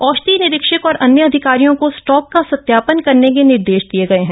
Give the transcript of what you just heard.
औषधि निरीक्षक और अन्य अधिकारियों को स्टॉक क सत्यापन करने के निर्देश दिए गए हैं